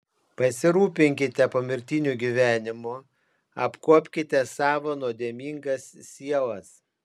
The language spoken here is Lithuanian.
pasirūpinkite pomirtiniu gyvenimu apkuopkite savo nuodėmingas sielas